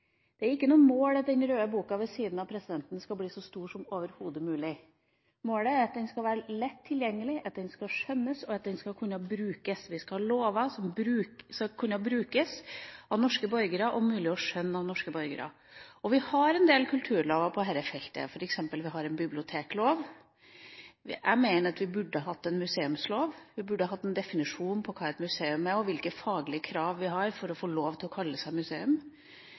Det er ikke noe mål at den røde boka ved siden av presidenten skal bli så stor som overhodet mulig. Målet er at den skal være lett tilgjengelig, at den skal skjønnes, og at den skal kunne brukes. Vi skal ha lover som skal kunne brukes av norske borgere og være mulig å skjønne for norske borgere. Vi har en del kulturlover på dette feltet, f.eks. en biblioteklov. Jeg mener at vi burde hatt en museumslov. Vi burde hatt en definisjon på hva et museum er, og hvilke faglige krav det er til å få lov til å kalle seg museum,